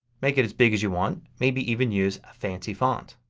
make it as big as you want. maybe even use a fancy font.